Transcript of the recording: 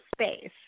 space